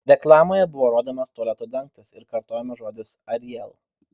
reklamoje buvo rodomas tualeto dangtis ir kartojamas žodis ariel